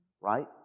right